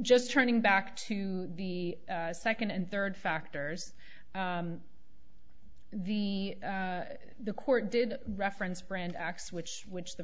just turning back to the second and third factors the the court did reference brand x which which the